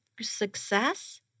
success